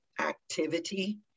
activity